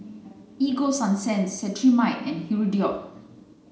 Ego Sunsense Cetrimide and Hirudoid